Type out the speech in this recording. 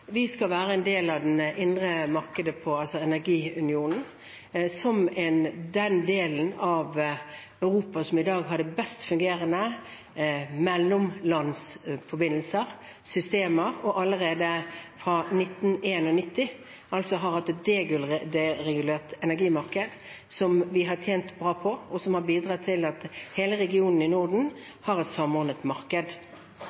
vi skal være en del av det indre markedet, altså energiunionen, som den delen av Europa som i dag har de best fungerende mellomlandsforbindelser, systemer, og som allerede fra 1991 har hatt et deregulert energimarked som vi har tjent bra på, og som har bidratt til at hele regionen